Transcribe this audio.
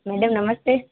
madam नमस्ते